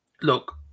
Look